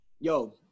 Yo